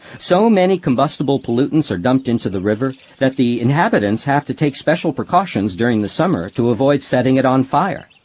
so many combustible pollutants are dumped into the river that the inhabitants have to take special precautions during the summer to avoid setting it on fire.